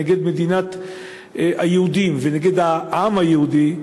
נגד מדינת היהודים ונגד העם היהודי,